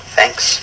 Thanks